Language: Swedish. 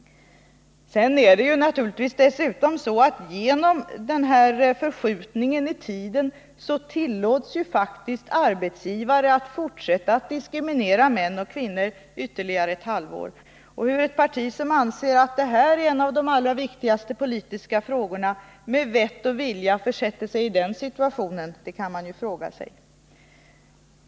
Dessutom är det faktiskt så, att genom den här förskjutningen i tiden tillåts arbetsgivare att fortsätta att diskriminera män och kvinnor ytterligare ett halvår. Och hur ett parti som anser att det här är en av de allra viktigaste frågorna med vett och vilja försätter sig i den situationen, det kan man ju fråga sig.